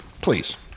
Please